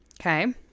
Okay